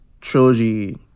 trilogy